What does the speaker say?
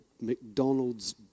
McDonald's